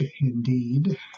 Indeed